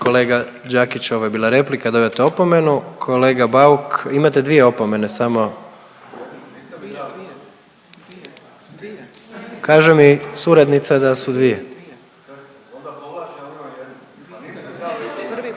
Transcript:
Kolega Đakić ovo je bila replika, dobivate opomenu. Kolega Bauk, imate dvije opomene. Samo. Kaže mi suradnica da su dvije.